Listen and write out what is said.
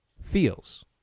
feels